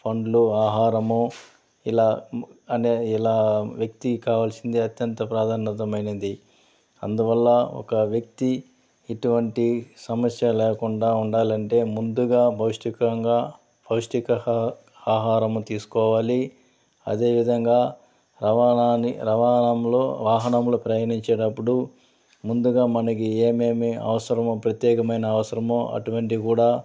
పండ్లు ఆహారము ఇలా అనే ఇలా వ్యక్తి కావాల్సింది అత్యంత ప్రాధాన్యతమైనది అందువల్ల ఒక వ్యక్తి ఇటువంటి సమస్య లేకుండా ఉండాలంటే ముందుగా పౌష్టికంగా పౌష్టిక ఆహారము తీసుకోవాలి అదేవిధంగా రవాణాన్ని రవాణంలో వాహనంలో ప్రయాణించేటప్పుడు ముందుగా మనకి ఏమేమి అవసరం ప్రత్యేకమైన అవసరమో అటువంటి కూడా